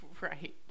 Right